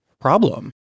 problem